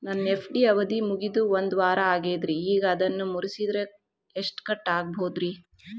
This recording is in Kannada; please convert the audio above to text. ನನ್ನ ಎಫ್.ಡಿ ಅವಧಿ ಮುಗಿದು ಒಂದವಾರ ಆಗೇದ್ರಿ ಈಗ ಅದನ್ನ ಮುರಿಸಿದ್ರ ಎಷ್ಟ ಕಟ್ ಆಗ್ಬೋದ್ರಿ?